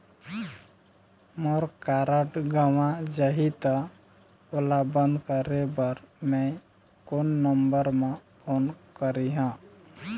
मोर card गंवा जाही त ओला बंद करें बर मैं कोन नंबर म फोन करिह?